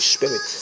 Spirit